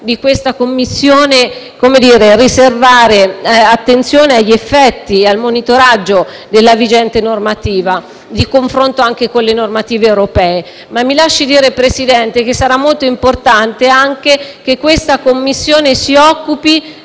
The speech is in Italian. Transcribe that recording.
di questa Commissione riservare attenzione agli effetti e al monitoraggio della vigente normativa, anche in confronto con le normative europee. Ma mi lasci dire, signor Presidente, che sarà molto importante anche che questa Commissione si occupi